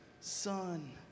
son